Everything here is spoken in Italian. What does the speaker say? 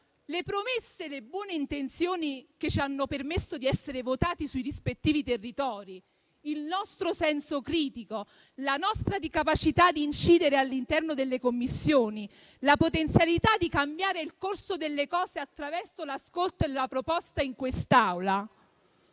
le promesse e le buone intenzioni che ci hanno permesso di essere votati sui rispettivi territori, il nostro senso critico, la nostra di capacità di incidere all'interno delle Commissioni, la potenzialità di cambiare il corso delle cose attraverso l'ascolto e la proposta in quest'Aula.